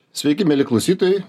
sveiki mieli klausytojai